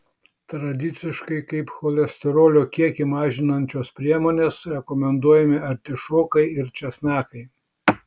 tradiciškai kaip cholesterolio kiekį mažinančios priemonės rekomenduojami artišokai ir česnakai